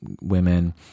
women